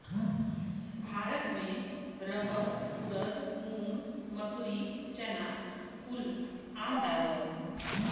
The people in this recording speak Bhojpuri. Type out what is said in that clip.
भारत मे रहर ऊरद मूंग मसूरी चना कुल आम दाल हौ